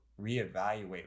reevaluate